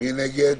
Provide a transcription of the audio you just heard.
מי נגד?